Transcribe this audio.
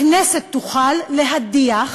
הכנסת תוכל להדיח